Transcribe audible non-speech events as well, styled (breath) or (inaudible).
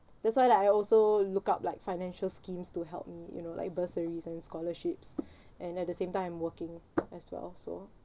that's why lah I also look up like financial schemes to help me you know like bursaries and scholarships (breath) and at the same time I'm working as well so